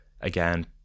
again